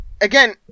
again